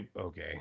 Okay